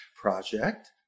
project